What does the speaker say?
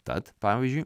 tad pavyzdžiui